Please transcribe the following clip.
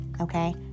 okay